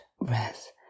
breath